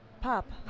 pop